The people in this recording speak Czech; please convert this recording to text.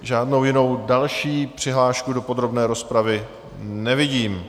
Žádnou jinou další přihlášku do podrobné rozpravy nevidím.